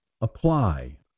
apply